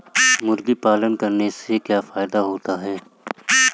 मुर्गी पालन करने से क्या फायदा होता है?